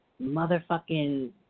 motherfucking